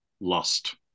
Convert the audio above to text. lust